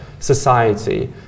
society